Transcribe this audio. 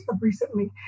recently